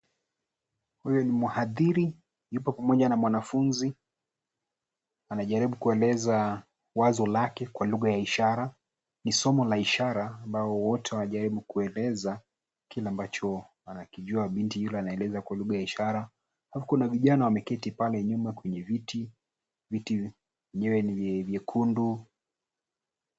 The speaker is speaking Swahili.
Huyu ni mhadhiri, yuko pamoja na mwanafunzi. Anajaribu kueleza wazo lake kwa lugha ya ishara, ni somo la ishara ambao wote wanajaribu kueleza, kile ambacho anakijua binti yule anaeleza kwa lugha ya ishara ,alafu kuna vijana wameketi pale nyuma kwenye viti, viti vyenyewe ni vyekundu.